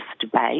debate